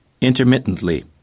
Intermittently